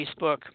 Facebook